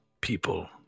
people